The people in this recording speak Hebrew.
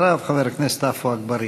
אחריו, חבר הכנסת עפו אגבאריה.